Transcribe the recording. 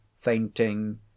fainting